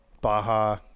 Baja